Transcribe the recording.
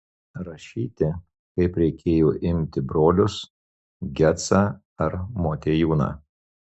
rašyti kaip reikėjo imti brolius gecą ar motiejūną